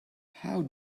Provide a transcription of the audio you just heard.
how